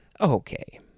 Okay